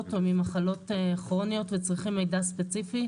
או ממחלות כרוניות וצריכים מידע ספציפי.